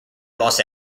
los